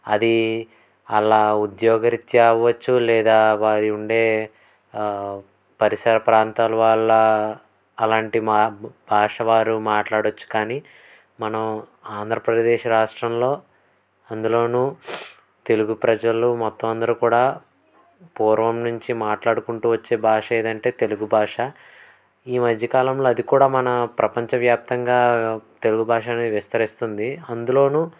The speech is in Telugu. అదీ అలా ఉద్యోగరీత్యా అవచ్చు లేదా వారి ఉండే పరిసర ప్రాంతాల వాళ్ళ అలాంటి మా భాష వారు మాట్లాడచ్చు కానీ మనం ఆంధ్రప్రదేశ్ రాష్ట్రంలో అందులో తెలుగు ప్రజలు మొత్తం అందరు కూడా పూర్వం నుంచి మాట్లాడుకుంటు వచ్చే భాష ఏదంటే తెలుగు భాష ఈ మధ్యకాలంలో అది కూడా మన ప్రపంచ వ్యాప్తంగా తెలుగు భాష అనేది విస్తరిస్తుంది అందులోను